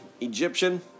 Egyptian